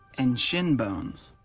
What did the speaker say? and shin bones.